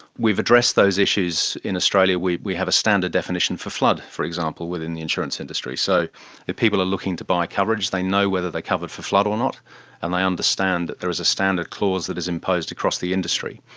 we've addressed those issues in australia. we have a standard definition for flood, for example, within the insurance industry. so if people are looking to buy coverage they know whether they are covered for flood or not and they understand that there is a standard clause that is imposed across the industry.